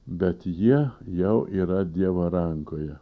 bet jie jau yra dievo rankoje